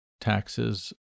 taxes